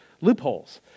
loopholes